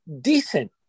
decent